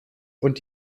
und